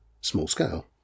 small-scale